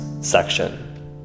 section